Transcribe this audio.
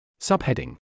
Subheading